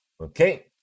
okay